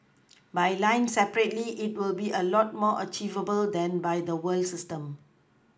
by line separately it'll be a lot more achievable than by the whole system